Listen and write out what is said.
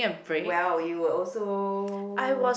well you were also